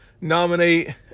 nominate